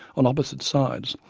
on opposite sides,